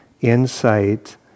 insight